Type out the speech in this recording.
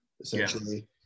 essentially